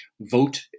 vote